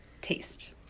taste